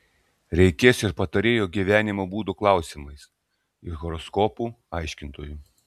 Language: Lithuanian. reikės ir patarėjų gyvenimo būdo klausimais ir horoskopų aiškintojų